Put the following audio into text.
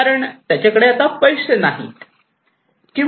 कारण त्याच्याकडे आता पैसे नसतील